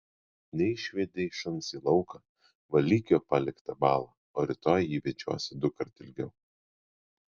neišvedei šuns į lauką valyk jo paliktą balą o rytoj jį vedžiosi dukart ilgiau